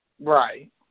Right